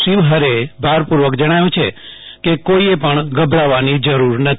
શિવહરેએ ભાર પુર્વક જણાવ્યુ છે કે કોઈએ પણ ગભરાવાની જરૂર નથી